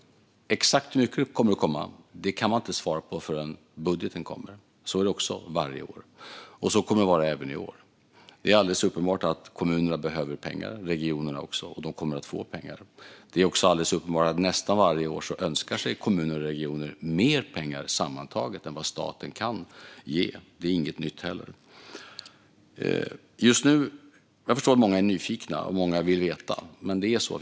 Exakt hur mycket som kommer att komma kan man inte svara på förrän budgeten kommer. Så är det också varje år, och så kommer det att vara även i år. Det är alldeles uppenbart att kommunerna och också regionerna behöver pengar. De kommer att få pengar. Det är också alldeles uppenbart att nästan varje år önskar sig kommuner och regioner mer pengar sammantaget än vad staten kan ge. Det är heller inget nytt. Jag förstår att många är nyfikna och att många vill veta.